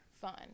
fun